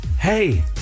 hey